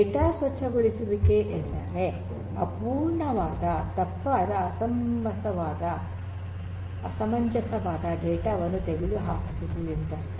data ಸ್ವಚ್ಛಗೊಳಿಸುವಿಕೆ ಎಂದರೆ ಅಪೂರ್ಣವಾದ ತಪ್ಪಾದ ಅಸಮಂಜಸವಾದ ಡೇಟಾ ವನ್ನು ತೆಗೆದು ಹಾಕುವುದು ಎಂದರ್ಥ